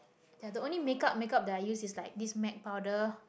ya the only make up make up that I use is like this Mac powder